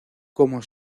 como